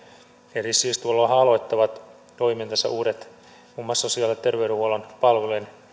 eli siis tuolloinhan aloittavat toimintansa uudet muun muassa sosiaali ja terveydenhuollon palvelujen